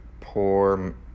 poor